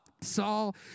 Saul